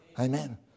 Amen